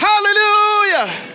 Hallelujah